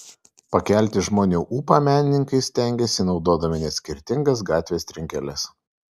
pakelti žmonių ūpą menininkai stengiasi naudodami net skirtingas gatvės trinkeles